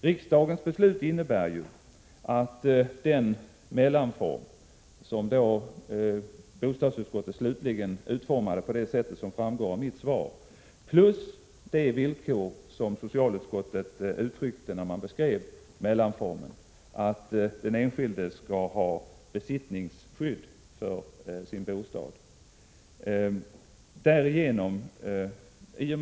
Riksdagens beslut innebär ju att statsbidrag utgår till de ombyggda ålderdomshem som uppfyller villkoren för den mellanform som bostadsutskottet slutligen utformade på det sätt som framgår av mitt svar plus det villkor som socialutskottet uttryckte vid beskrivningen av denna mellanform, nämligen att den enskilde skall ha besittningsskydd för sin bostad.